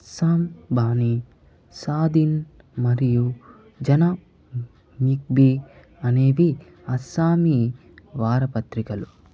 అస్సాం బానీ సాదిన్ మరియు జన మిక్బి అనేవి అస్సామీ వారపత్రికలు